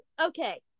Okay